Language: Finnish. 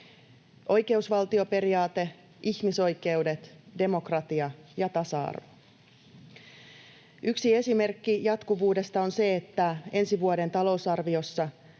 oikeusvaltio-periaate, ihmisoikeudet, demokratia ja tasa-arvo. Yksi esimerkki jatkuvuudesta on se, että ensi vuoden talousarviossa